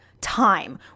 time